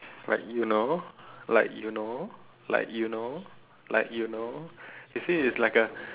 like you know like you know like you know you see it's like a